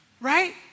Right